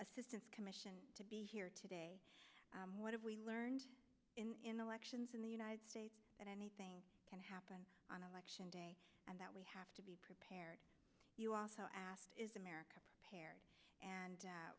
assistance commission to be here today what have we learned in the lections in the united states that anything can happen on election day and that we have to be prepared you also asked is america prepared and